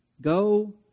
Go